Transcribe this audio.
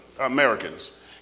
Americans